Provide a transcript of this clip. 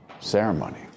ceremony